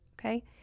okay